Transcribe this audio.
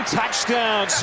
touchdown